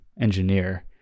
engineer